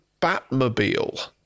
Batmobile